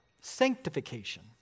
sanctification